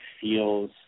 feels